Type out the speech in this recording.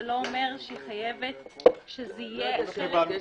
זה לא אומר שהיא חייבת שזה יהיה חלק -- לא את השירות,